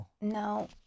No